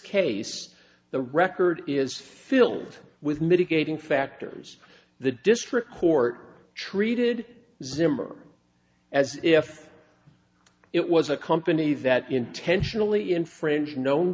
case the record is filled with mitigating factors the district court treated zimmerman as if it was a company that intentionally infringe known